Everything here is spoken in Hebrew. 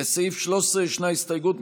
לסעיף 13 ישנה הסתייגות,